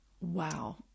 Wow